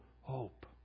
hope